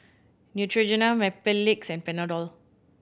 Neutrogena Mepilex and Panadol